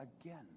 again